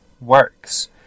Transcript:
works